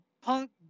punk